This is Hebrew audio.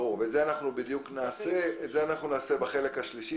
את זה נעשה בחלק השלישי,